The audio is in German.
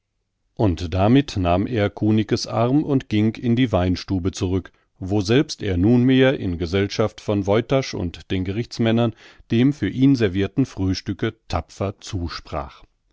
und damit nahm er kunicke's arm und ging in die weinstube zurück woselbst er nunmehr in gesellschaft von woytasch und den gerichtsmännern dem für ihn servirten frühstücke tapfer zusprach